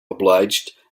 obliged